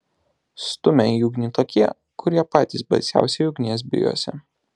stumia į ugnį tokie kurie patys baisiausiai ugnies bijosi